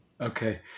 Okay